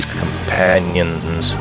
companions